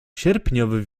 sierpniowy